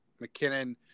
McKinnon